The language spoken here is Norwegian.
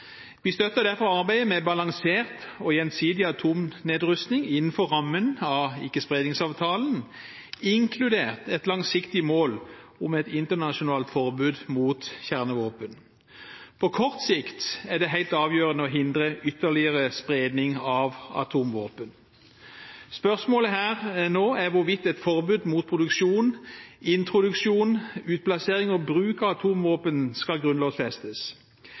Vi støtter derfor arbeidet med balansert og gjensidig atomnedrustning innenfor rammen av Ikkespredningsavtalen, inkludert et langsiktig mål om et internasjonalt forbud mot kjernevåpen. På kort sikt er det helt avgjørende å hindre ytterligere spredning av atomvåpen. Spørsmålet her og nå er hvorvidt et forbud mot produksjon, introduksjon, utplassering og bruk av atomvåpen skal grunnlovfestes.